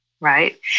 right